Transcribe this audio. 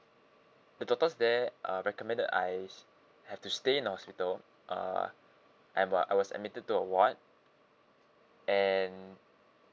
the doctors there uh recommended I have to stay in the hospital uh and wha~ I was admitted to a ward and